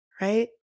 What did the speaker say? right